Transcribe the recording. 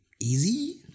easy